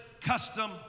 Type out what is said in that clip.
custom